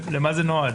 אבל למה זה נועד?